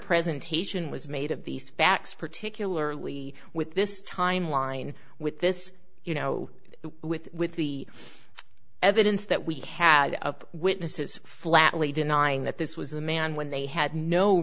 presentation was made of these facts particularly with this timeline with this you know with with the evidence that we had of witnesses flatly denying that this was a man when they had no